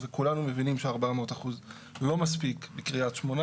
וכולנו מבינים ש-400% זה לא מספיק בקרית שמונה